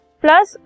plus